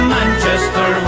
Manchester